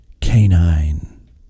canine